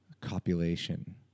copulation